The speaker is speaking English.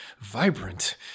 vibrant